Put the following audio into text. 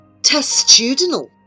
Testudinal